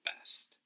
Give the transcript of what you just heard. best